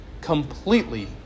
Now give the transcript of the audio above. completely